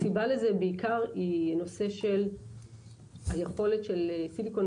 הסיבה לזה היא בעיקר הנושא של היכולת של סיליקון